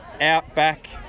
outback